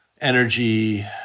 energy